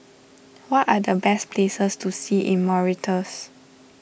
what are the best places to see in Mauritius